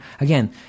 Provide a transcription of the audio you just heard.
again